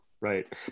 Right